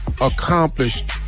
accomplished